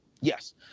Yes